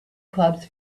clubs